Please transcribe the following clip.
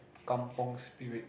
kampung spirit